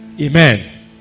Amen